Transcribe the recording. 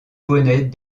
poneys